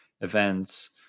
events